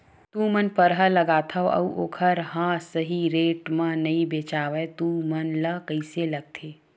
तू मन परहा लगाथव अउ ओखर हा सही रेट मा नई बेचवाए तू मन ला कइसे लगथे?